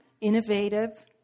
innovative